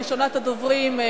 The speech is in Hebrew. ראשונת הדוברים,